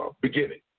beginning